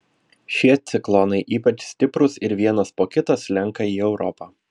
šie ciklonai ypač stiprūs ir vienas po kito slenka į europą